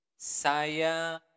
Saya